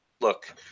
Look